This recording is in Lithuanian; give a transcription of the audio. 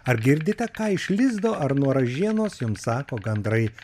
ar girdite ką iš lizdo ar nuo ražienos jums sako gandrai